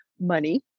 money